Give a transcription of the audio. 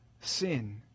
sin